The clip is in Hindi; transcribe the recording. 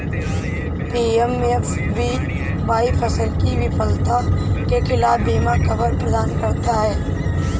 पी.एम.एफ.बी.वाई फसल की विफलता के खिलाफ बीमा कवर प्रदान करता है